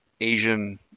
Asian